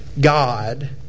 God